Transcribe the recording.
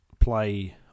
play